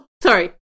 sorry